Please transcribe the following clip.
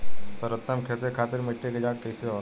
सर्वोत्तम खेती खातिर मिट्टी के जाँच कईसे होला?